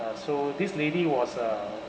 uh so this lady was a